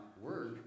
work